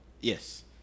Yes